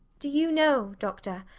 do you know, doctor,